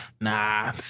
Nah